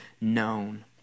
known